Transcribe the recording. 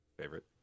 favorite